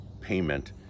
payment